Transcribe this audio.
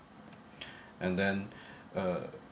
and then uh